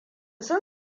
sun